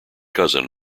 cousin